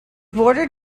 bordered